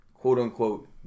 quote-unquote